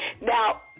Now